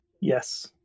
Yes